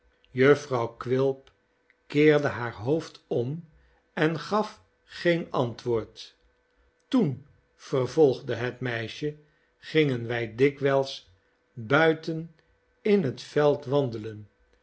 jufvrouw quilp keerde haar hoofd om en gaf geen antwoord toen vervolgde het meisje gingen wij dikwijls buiten in het veld wandelen